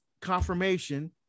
confirmation